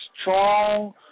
strong